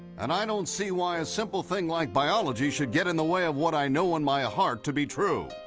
and i don't see why a simple thing like biology should get in the way of what i know in my heart to be true.